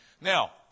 Now